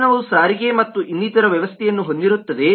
ವಾಹನವು ಸಾರಿಗೆ ಮತ್ತು ಇನ್ನಿತರ ವ್ಯವಸ್ಥೆಯನ್ನು ಹೊಂದಿರುತ್ತದೆ